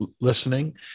listening